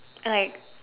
like